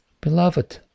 beloved